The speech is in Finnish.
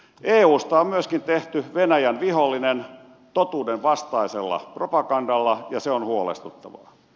eusta on myöskin tehty venäjän vihollinen totuudenvastaisella propagandalla ja se on huolestuttavaa